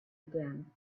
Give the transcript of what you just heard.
again